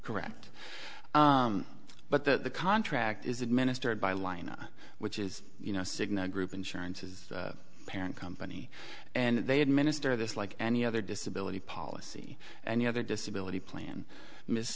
correct but the contract is administered by line which is you know cigna group insurance is parent company and they administer this like any other disability policy and the other disability plan miss